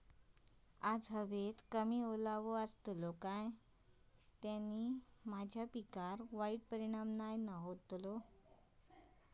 आज हवेत कमी ओलावो असतलो काय त्याना माझ्या पिकावर वाईट परिणाम नाय ना व्हतलो?